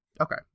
Okay